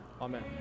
Amen